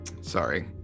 sorry